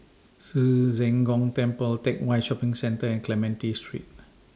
Ci Zheng Gong Temple Teck Whye Shopping Centre and Clementi Street